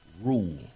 rule